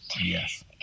Yes